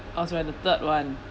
oh sorry the third one